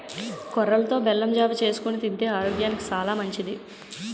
కొర్రలతో బెల్లం జావ చేసుకొని తింతే ఆరోగ్యానికి సాలా మంచిది